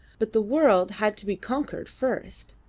but the world had to be conquered first,